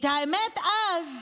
את האמת, אז